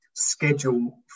schedule